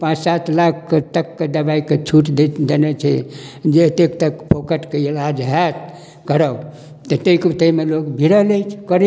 पाँच सात लाखके तकके दबाइके छूट दए देने छै जे एते तक फोकटके इलाज हैत कराउ तऽ तैके तैमे लोग भिड़ल अछि करै